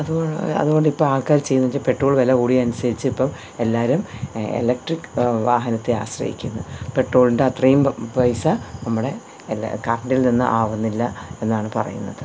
അതുകൊ അതുകൊണ്ട് ഇപ്പാൾക്കാർ ചെയ്യുന്നത് വെച്ചാൽ പെട്രോൾ വില കൂടിയ അനുസരിച്ച് ഇപ്പം എല്ലാവരും ഇലക്ട്രിക് വാഹനത്തെ ആശ്രയിക്കുന്നു പെട്രോളിൻറ്റത്രയും പൈസ നമ്മുടെ എല്ലാ കറണ്ടിൽ നിന്ന് ആകുന്നില്ല എന്നാണ് പറയുന്നത്